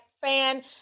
fan